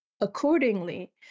accordingly